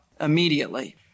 immediately